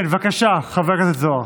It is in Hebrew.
בבקשה, חבר הכנסת זוהר.